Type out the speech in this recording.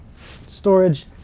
Storage